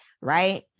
right